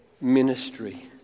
ministry